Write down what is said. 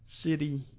City